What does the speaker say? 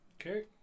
Okay